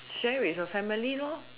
share with your family lor